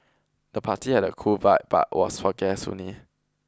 the party had a cool vibe but was for guests only